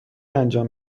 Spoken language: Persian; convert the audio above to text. انجام